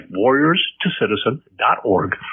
warriorstocitizen.org